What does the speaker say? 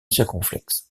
circonflexe